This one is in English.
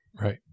right